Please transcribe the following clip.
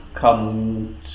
come